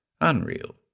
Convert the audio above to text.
unreal